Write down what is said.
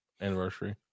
anniversary